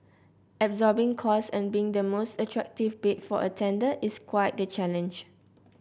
absorbing costs and being the most attractive bid for a tender is quite the challenge